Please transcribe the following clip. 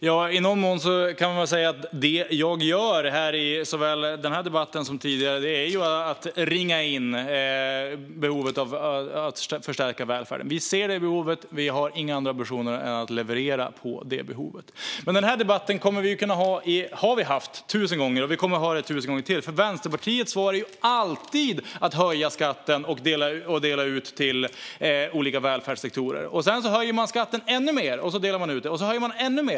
Fru talman! I någon mån är väl det jag gör i såväl den här debatten som tidigare debatter att ringa in behovet av att förstärka välfärden. Vi ser det behovet. Vi har inga andra ambitioner än att leverera på det behovet. Den här debatten har vi haft tusen gånger, och vi kommer att ha den tusen gånger till. Vänsterpartiets svar är ju alltid att höja skatten och dela ut till olika välfärdssektorer. Sedan höjer man skatten ännu mer och delar ut pengar, och så gör man samma sak igen.